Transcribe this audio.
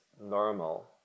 normal